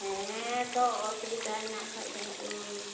ᱦᱮᱸ ᱛᱚ ᱚᱥᱩᱵᱤᱫᱟ ᱦᱮᱱᱟᱜ ᱠᱷᱟᱡ ᱫᱚᱦᱟᱜ ᱤᱧ